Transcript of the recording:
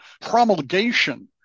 promulgation